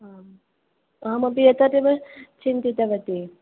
आम् अहमपि एतदेव चिन्तितवती